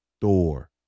Thor